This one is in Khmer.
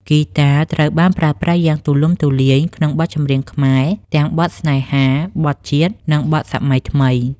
ហ្គីតាត្រូវបានប្រើប្រាស់យ៉ាងទូលំទូលាយក្នុងបទចម្រៀងខ្មែរ ទាំងបទស្នេហា បទជាតិ និងបទសម័យថ្មី។